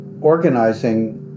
organizing